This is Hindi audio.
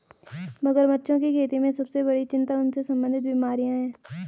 मगरमच्छों की खेती में सबसे बड़ी चिंता उनसे संबंधित बीमारियां हैं?